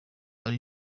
ari